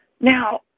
Now